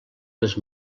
les